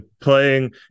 playing